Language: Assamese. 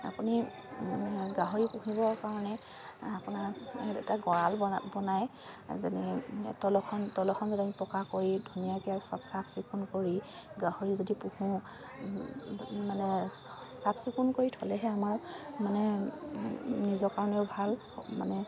আপুনি গাহৰি পুহিবৰ কাৰণে আপোনাৰ এটা গঁৰাল বনায় যেনেকে তলখন তলখন যদি আমি পকা কৰি ধুনীয়াকে চব চাফ চিকুণ কৰি গাহৰি যদি পোহোঁ মানে চাফ চিকুণ কৰি থ'লেহে আমাৰ মানে নিজৰ কাৰণেও ভাল মানে